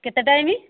କେତେ ଟାଇମ୍